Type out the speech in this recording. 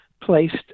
placed